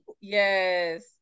Yes